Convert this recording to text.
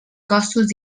cossos